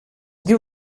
diu